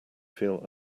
feel